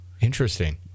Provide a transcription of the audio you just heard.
Interesting